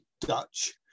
Dutch